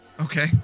okay